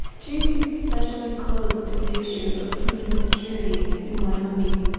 jamie is especially close to the issue of food insecurity in wyoming.